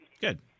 Good